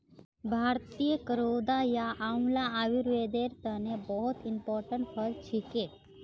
भारतीय करौदा या आंवला आयुर्वेदेर तने बहुत इंपोर्टेंट फल छिके